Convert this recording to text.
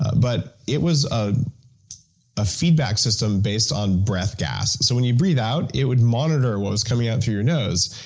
but it was a ah feedback system based on breath gas. so when you breathe out, it would monitor what was coming out through your nose,